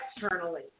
externally